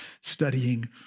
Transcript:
studying